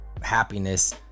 Happiness